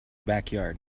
backyard